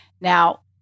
now